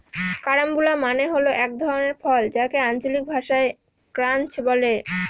carambola মানে হল এক ধরনের ফল যাকে আঞ্চলিক ভাষায় ক্রাঞ্চ বলে